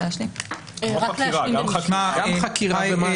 גם חקירה.